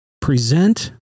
present